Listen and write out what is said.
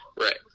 Right